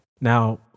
Now